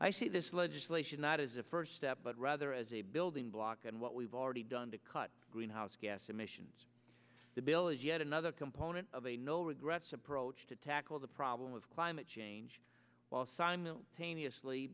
i see this legislation not as a first step but rather as a building block and what we've already done to cut greenhouse gas emissions the bill is yet another component of a no regrets approach to tackle the problem of climate change while simultaneously